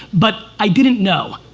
but i didn't know.